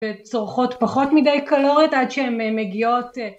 וצורכות פחות מדי קלורית עד שהן מגיעות